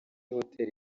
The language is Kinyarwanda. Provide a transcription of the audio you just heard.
hoteli